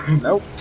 Nope